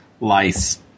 lice